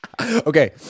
Okay